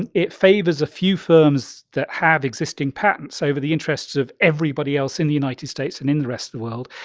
it it favors a few firms that have existing patents over the interests of everybody else in the united states and in the rest of the world.